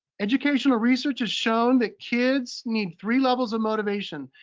educational research has shown that kids need three levels of motivation.